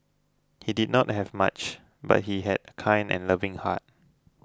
he did not have much but he had a kind and loving heart